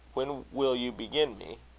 when will you begin me?